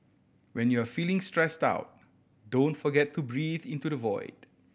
when you are feeling stressed out don't forget to breathe into the void